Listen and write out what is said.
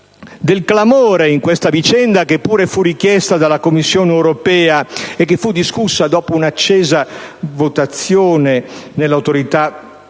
del clamore in questa vicenda, che pure fu esaminata dalla Commissione europea e discussa, con un'accesa votazione, dall'Autorità per